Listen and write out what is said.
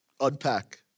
unpack